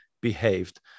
behaved